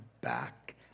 back